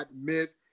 miss